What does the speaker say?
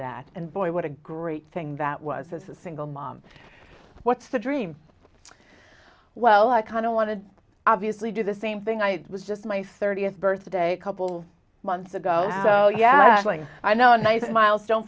that and boy what a great thing that was as a single mom what's the dream well i kind of want to obviously do the same thing i was just my thirtieth birthday a couple months ago so yeah i'm going i know a nice milestone